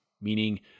Meaning